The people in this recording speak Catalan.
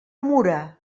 mura